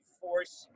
force